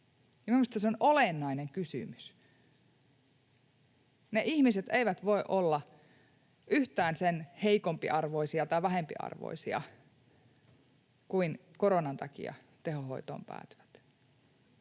Minusta se on olennainen kysymys. Ne ihmiset eivät voi olla yhtään sen heikompiarvoisia tai vähempiarvoisia kuin koronan takia tehohoitoon päätyvät.